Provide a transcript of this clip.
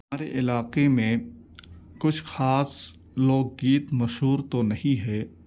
ہمارے علاقے میں کچھ خاص لوک گیت مشہور تو نہیں ہے